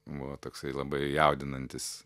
buvo toksai labai jaudinantis